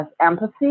empathy